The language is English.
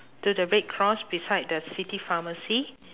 to the red cross beside the city pharmacy